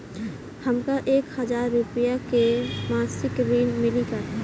हमका एक हज़ार रूपया के मासिक ऋण मिली का?